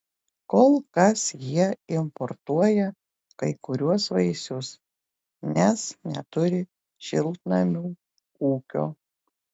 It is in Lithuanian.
kol kas jie importuoja kai kuriuos vaisius nes neturi šiltnamių ūkio